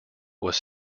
was